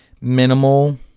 minimal